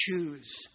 choose